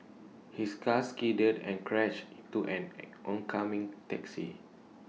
his car skidded and crashed to an oncoming taxi